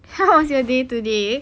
how was your day today